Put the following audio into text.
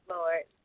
Lord